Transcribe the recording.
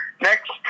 Next